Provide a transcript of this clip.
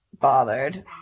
bothered